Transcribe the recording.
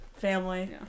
Family